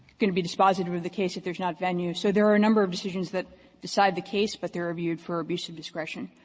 going to be dispositive of the case if there's not venue. so there are a number of decisions that decide the case, but they're reviewed for abuse of discretion.